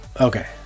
Okay